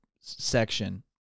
section